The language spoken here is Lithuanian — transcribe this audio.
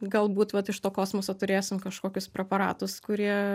galbūt vat iš to kosmoso turėsim kažkokius preparatus kurie